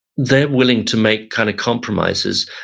they're willing to make kind of compromises.